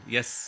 Yes